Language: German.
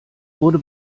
wurde